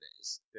days